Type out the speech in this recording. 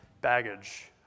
baggage